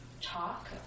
talk